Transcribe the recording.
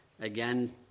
Again